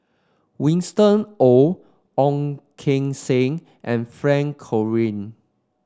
Winston Oh Ong Keng Sen and Frank